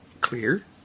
clear